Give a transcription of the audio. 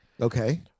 Okay